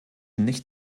nicht